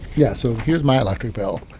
yeah, so here's my electric bill.